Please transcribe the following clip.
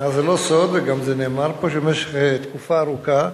זה לא סוד, גם נאמר פה במשך תקופה ארוכה,